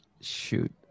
Shoot